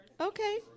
Okay